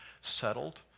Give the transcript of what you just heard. settled